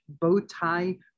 Bowtie